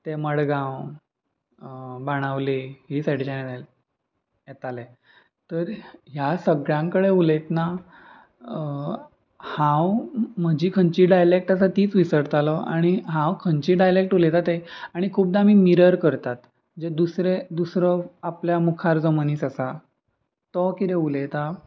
तें मडगांव बाणावली हे सायडीच्यान येताले तर ह्या सगळ्यां कडेन उलयतना हांव म्हजी खंयची डायलेक्ट आसा तीच विसरतालो आनी हांव खंयची डायलेक्ट उलयतां ते आनी खुबदा आमी मिरर करतात जे दुसरे दुसरो आपल्या मुखार जो मनीस आसा तो कितें उलयता